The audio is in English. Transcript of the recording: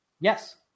Yes